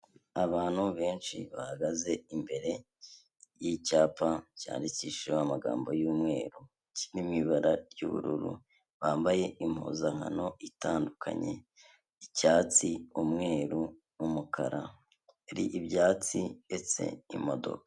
Abantu benshi bahagaze imbere y'icyapa cyandikishijeho amagambo y'umweru, kiri mu ibara ry'ubururu bambaye impuzankano itandukanye icyatsi, umweru, umukara, hari ibyatsi ndetse n'imodoka.